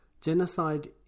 Genocide